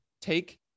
take